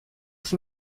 ist